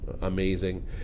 amazing